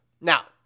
Now